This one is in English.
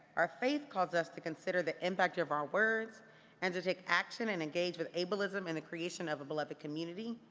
our faith calls us to consider the impact of our words and to take action and engage with able ism in the creation of a beloved community.